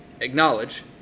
acknowledge